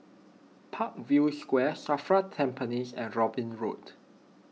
Parkview Square Safra Tampines and Robin Road